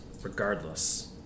regardless